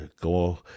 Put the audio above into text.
go